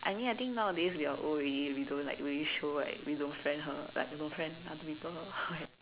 I mean I think nowadays we are old already we don't like really show like we don't friend her like we don't friend other people or like